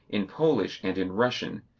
in polish and in russian,